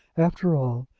after all,